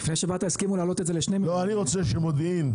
אני רוצה שמודיעין,